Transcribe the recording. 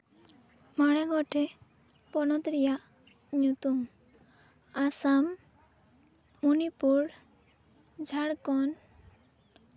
ᱢᱚᱬᱮ ᱜᱚᱴᱮᱡᱱ ᱯᱚᱱᱚᱛ ᱨᱮᱭᱟᱜ ᱧᱩᱛᱩᱢ ᱟᱥᱟᱢ ᱢᱚᱱᱤᱯᱩᱨ ᱡᱷᱟᱲᱠᱷᱚᱱᱰ